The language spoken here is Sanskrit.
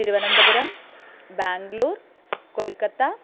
तिरुवनन्तपुरं बेङ्ग्लूर् कल्कत्ता